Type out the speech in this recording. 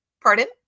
Pardon